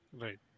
Right